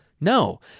No